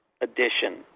edition